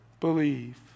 believe